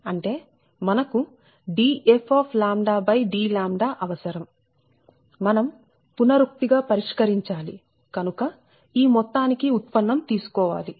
అంటే మనకు dfdλ అవసరం మనం పునరుక్తి గా పరిష్కరించాలి కనుక ఈ మొత్తాని కి ఉత్పన్నం తీసుకోవాలి